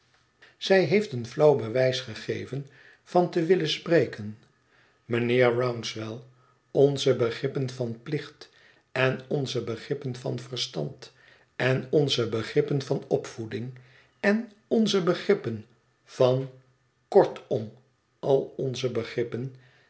zij heeft een flauw bewijs gegeven van te willen spreken mijnheer rouncewell onze begrippen van plicht en onze begrippen van verstand en onze begrippen van opvoeding en onze begrippen van kortom al onze begrippen